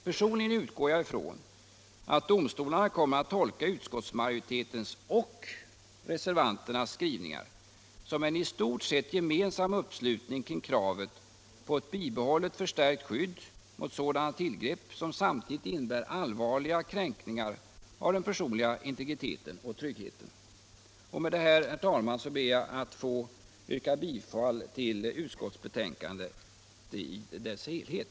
Personligen utgår jag från att domstolarna kommer att tolka utskottsmajoritetens och reservanternas skrivningar som en i stort sett gemensam uppslutning kring kravet på ett bibehållet förstärkt skydd mot sådana tillgrepp som samtidigt innebär allvarliga kränkningar av den personliga integriteten och tryggheten. Med detta, herr talman, ber jag att få yrka bifall till utskottets hemställan i dess helhet.